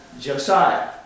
Josiah